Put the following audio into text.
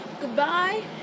Goodbye